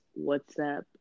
WhatsApp